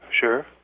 Sure